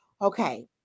okay